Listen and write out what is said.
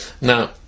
now